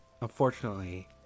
Unfortunately